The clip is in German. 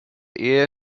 ehe